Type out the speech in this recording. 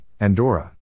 Andorra